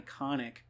iconic